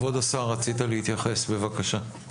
כבוד השר, רצית להתייחס, בבקשה.